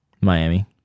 Miami